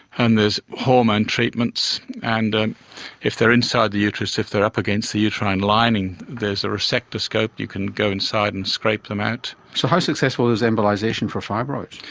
and there's hormone treatments. and and if they are inside the uterus, if they are up against the uterine lining there's a resectoscope, you can go inside and scrape them out. so how successful is embolisation for fibroids?